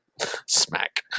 Smack